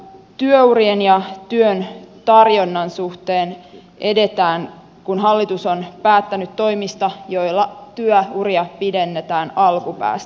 työurien ja työn tarjonnan suhteen edetään kun hallitus on päättänyt toimista joilla työuria pidennetään alkupäästä